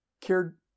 cared